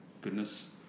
goodness